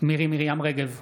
מירי מרים רגב,